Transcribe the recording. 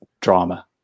drama